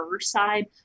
side